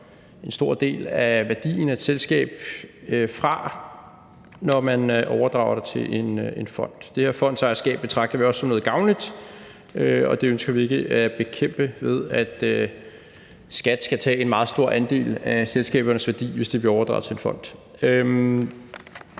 en stor del af værdien af et selskab fra, når man overdrager det til en fond. Det her fondsejerskab betragter vi også som noget gavnligt, og det ønsker vi ikke at bekæmpe ved, at Skatteforvaltningen skal tage en meget stor bid af selskabernes værdi, hvis de bliver overdraget til en fond.